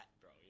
bro